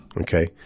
Okay